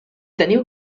teniu